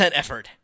effort